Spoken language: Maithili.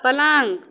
पलङ्ग